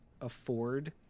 afford